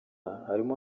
harimo